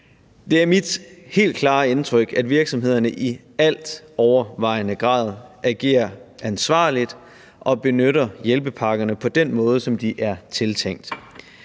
Det er mit helt klare indtryk, at virksomhederne i altovervejende grad agerer ansvarligt og benytter hjælpepakkerne på den måde, som de er tiltænkt.